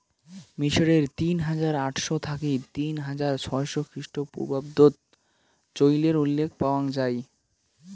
মিশরত তিন হাজার আটশ থাকি তিন হাজার ছয়শ খ্রিস্টপূর্বাব্দত চইলের উল্লেখ পাওয়াং যাই